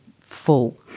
full